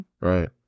Right